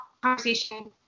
conversation